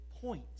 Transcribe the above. point